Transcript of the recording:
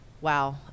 Wow